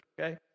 okay